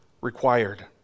required